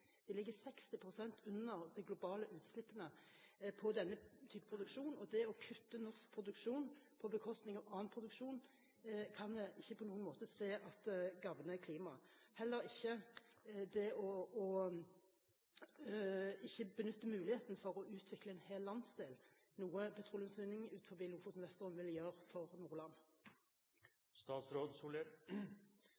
De ligger 60 pst. under de globale utslippene på denne typen produksjon. Det å kutte norsk petroleumsproduksjon på bekostning av annen produksjon, kan jeg ikke på noen måte se gagner klimaet. Heller ikke vil det gagne klimaet å ikke benytte muligheten for å utvikle en hel landsdel, noe petroleumsutvinning utenfor Lofoten og Vesterålen vil gjøre for Nordland.